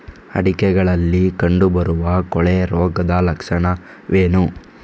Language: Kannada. ಅಡಿಕೆಗಳಲ್ಲಿ ಕಂಡುಬರುವ ಕೊಳೆ ರೋಗದ ಲಕ್ಷಣವೇನು?